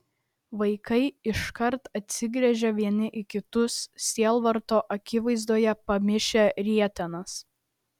vaikai iškart atsigręžė vieni į kitus sielvarto akivaizdoje pamiršę rietenas